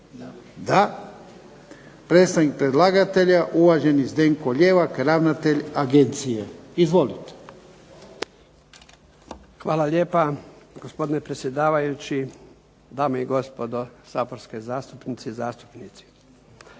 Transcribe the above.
Da. Predstavnik predlagatelja, uvaženi Zdenko Ljevak, ravnatelj Agencije. Izvolite. **Ljevak, Zdenko** Hvala lijepa gospodine predsjedavajući, dame i gospodo, saborske zastupnice i zastupnici.